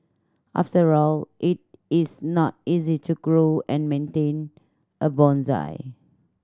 after all it is not easy to grow and maintain a bonsai